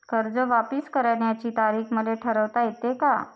कर्ज वापिस करण्याची तारीख मले ठरवता येते का?